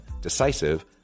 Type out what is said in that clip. decisive